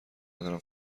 ندارم